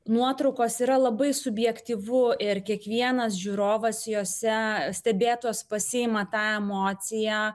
nuotraukos yra labai subjektyvu ir kiekvienas žiūrovas jose stebėtos pasiima tą emociją